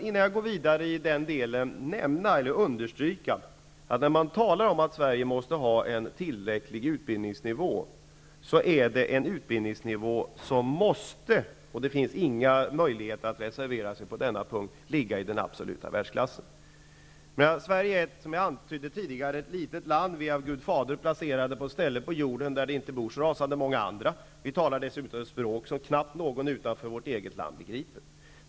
Innan jag går vidare i den delen vill jag understryka att när man talar om att Sverige skall ha en tillräcklig utbildningsnivå, så gäller det en utbildningsnivå som måste -- det finns inga möjligheter att reservera sig på denna punkt -- ligga i den absoluta världsklassen. Sverige är ju, som jag antydde tidigare, ett litet land. Vi svenskar är av Gud fader placerade på ett ställe på jorden där det inte bor så rasande många andra människor. Vi talar dessutom ett språk som knappt någon utanför vårt eget land begriper.